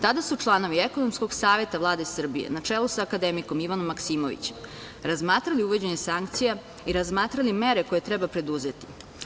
Tada su članovi ekonomskog saveta Vlade Srbije, na čelu sa akademikom Ivanom Maksimovićem, razmatrali uvođenje sankcija i razmatrali mere koje treba preduzeti.